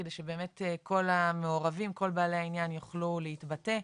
כדי שבאמת כל המעורבים ובעלי העניין יוכלו להתבטא.